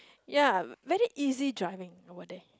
ya very easy driving over there